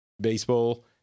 baseball